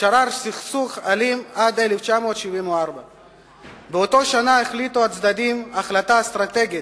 שרר סכסוך אלים עד 1974. באותה שנה החליטו הצדדים החלטה אסטרטגית